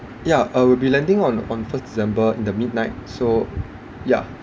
ya uh we'll be landing on on first december in the midnight so ya